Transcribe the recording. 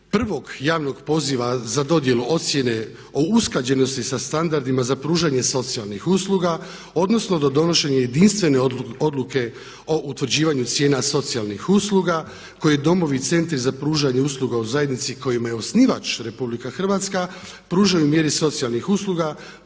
prvog javnog poziva za dodjelu ocjene o usklađenosti sa standardima za pružanje socijalnih usluga, odnosno do donošenja jedinstvene odluke o utvrđivanju cijena socijalnih usluga koje domovi i Centri za pružanje usluga u zajednici kojima je osnivač Republika Hrvatska pružaju mjere socijalnih usluga